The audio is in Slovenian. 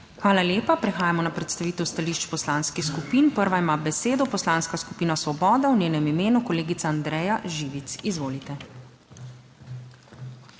Hvala lepa. Prehajamo na predstavitev stališč poslanskih skupin. Prva ima besedo Poslanska skupina Svoboda, v njenem imenu kolegica Andreja Živic. Izvolite.